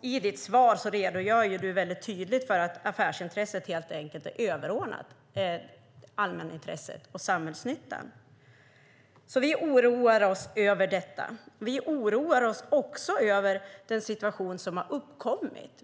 I ditt svar redogör du väldigt tydligt för att affärsintresset helt enkelt är överordnat allmänintresset och samhällsnyttan, och vi oroar oss över detta. Vi oroar oss också över den situation som har uppstått.